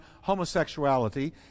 homosexuality